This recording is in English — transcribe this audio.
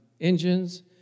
engines